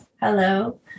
Hello